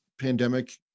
pandemic